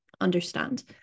understand